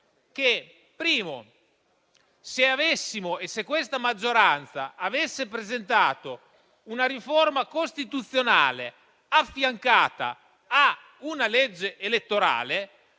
che, se questa maggioranza avesse presentato una riforma costituzionale affiancata a una legge elettorale,